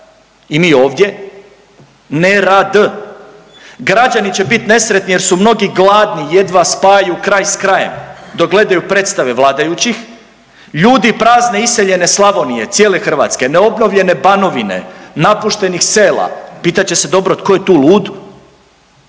i mi ovdje, nerad. Građani će biti nesretni jer su mnogi gladni, jedva spajaju kraj s krajem dok gledaju predstave vladajućih. Ljudi prazne iseljene Slavonije, cijele Hrvatske, neobnovljene Banovine, napuštenih sela. Pitat će se dobro tko je tu lud,